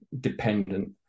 dependent